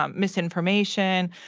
um misinformation.